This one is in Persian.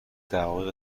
دقایق